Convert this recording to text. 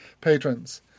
patrons